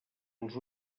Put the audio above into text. els